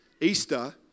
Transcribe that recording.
Easter